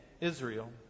Israel